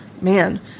man